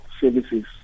services